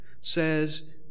says